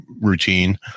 routine